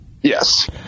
Yes